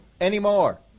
anymore